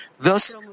Thus